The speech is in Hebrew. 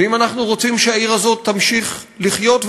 ואם אנחנו רוצים שהעיר הזאת תמשיך לחיות,